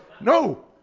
No